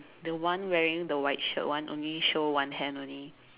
the one wearing the white shirt one only show one hand only